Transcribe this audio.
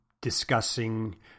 discussing